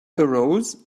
arose